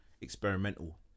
experimental